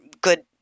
good